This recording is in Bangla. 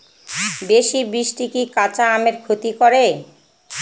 বেশি বৃষ্টি কি কাঁচা আমের ক্ষতি করে?